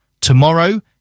Tomorrow